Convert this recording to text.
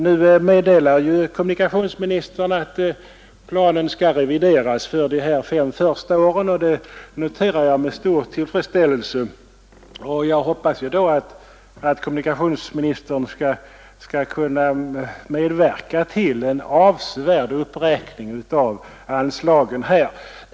Nu meddelade kommunikationsministern att planen skall revideras för de här fem första åren, och det noterar jag med stor tillfredsställelse. Jag hoppas då att kommunikationsministern skall kunna medverka till en avsevärd uppräkning av anslaget till Malmö.